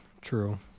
true